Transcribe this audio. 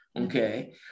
Okay